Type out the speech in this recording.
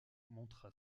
montra